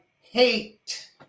hate